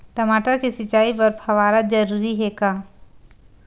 टमाटर के सिंचाई बर फव्वारा जरूरी हे का?